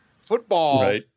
Football